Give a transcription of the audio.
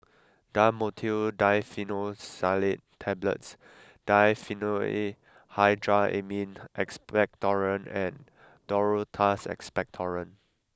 Dhamotil Diphenoxylate Tablets Diphenhydramine Expectorant and Duro Tuss Expectorant